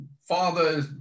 Father